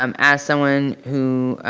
um as someone who,